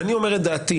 אני אומר את דעתי.